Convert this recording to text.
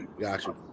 Gotcha